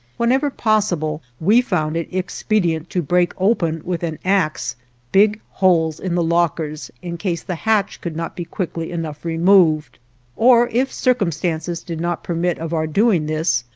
whenever possible we found it expedient to break open with an axe big holes in the lockers in case the hatch could not be quickly enough removed or, if circumstances did not permit of our doing this,